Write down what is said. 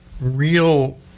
real